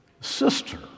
sister